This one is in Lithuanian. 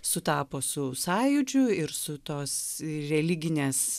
sutapo su sąjūdžiu ir su tos religinės